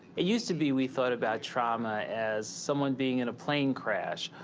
it used to be we thought about trauma as someone being in a plane crash,